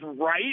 right